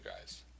guys